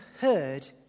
heard